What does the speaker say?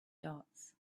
dots